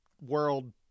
world